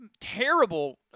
terrible